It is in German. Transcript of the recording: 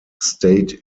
state